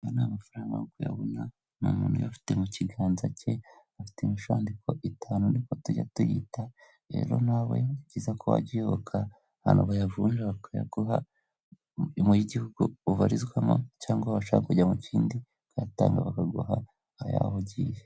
Aya ni amafaranga nk’uko uyabona. Ni umuntu uyafite mu kiganza cye. Afite imishundiko itanu ni ko tujya tuyita. Rero nawe ni byiza ko wajya uyoboka aba bayavunja bakayaguha mu y'igihugu ubarizwamo cyangwa washaka kujya mu kindi ukayatanga bakaguha ay’aho ugiye.